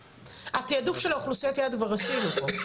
התיעדוף של האוכלוסיות יעד כבר עשינו פה.